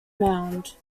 mound